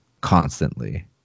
constantly